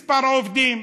מספר עובדים,